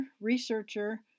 researcher